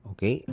Okay